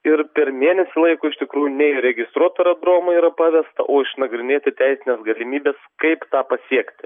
ir per mėnesį laiko iš tikrųjų ne įregistruot aerodromą yra paliesta o išnagrinėti teisines galimybes kaip tą pasiekti